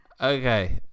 Okay